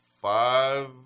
Five